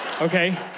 Okay